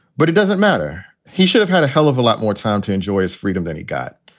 but it doesn't matter. he should have had a hell of a lot more time to enjoy his freedom than he got.